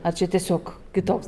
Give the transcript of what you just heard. ar čia tiesiog kitoks